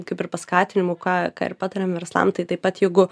kaip ir paskatinimų ką ką ir patariam verslam tai taip pat jeigu